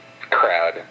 crowd